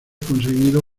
conseguido